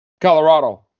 Colorado